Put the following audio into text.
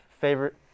favorite